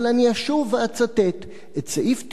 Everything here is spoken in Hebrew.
אבל אני אשוב ואצטט את סעיף 97(ב)